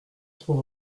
trop